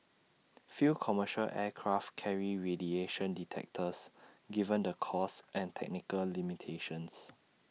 few commercial aircraft carry radiation detectors given the costs and technical limitations